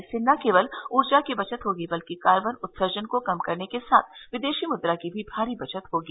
इससे न केवल ऊर्जा की बचत होगी बल्कि कार्बन उत्सर्जन को कम करने के साथ विदेशी मुद्रा की भी भारी बचत होगी